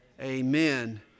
amen